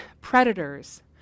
predators